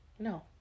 No